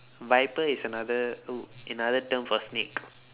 viper is another wo~ another term for snake